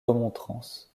remontrances